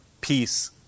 peace